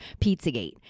PizzaGate